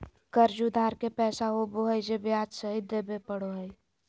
कर्ज उधार के पैसा होबो हइ जे ब्याज सहित देबे पड़ो हइ